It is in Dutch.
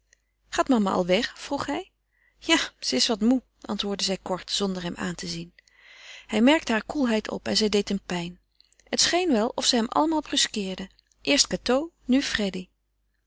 gaat mama al weg vroeg hij ja ze is moê antwoordde zij kort zonder hem aan te zien hij merkte haar koelheid op en zij deed hem pijn het scheen wel of ze hem allemaal brusqueerden eerst cateau nu freddy